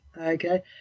Okay